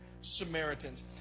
Samaritans